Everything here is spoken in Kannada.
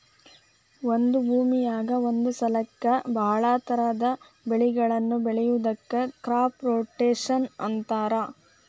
ಒಂದ ಭೂಮಿಯಾಗ ಒಂದ ಸಲಕ್ಕ ಬಹಳ ತರಹದ ಬೆಳಿಗಳನ್ನ ಬೆಳಿಯೋದಕ್ಕ ಕ್ರಾಪ್ ರೊಟೇಷನ್ ಅಂತಾರ